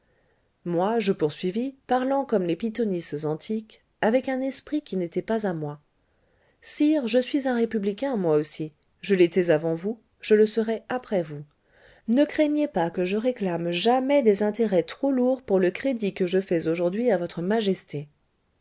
moi je poursuivis parlant comme les pythonisses antiques avec un esprit qui n'était pas à moi sire je suis un républicain moi aussi je l'étais avant vous je le serai après vous ne craignez pas que je réclame jamais des intérêts trop lourds pour le crédit que je fais aujourd'hui à votre majesté